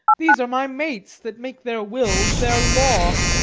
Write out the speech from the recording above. these are my mates, that make their wills their law,